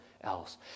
else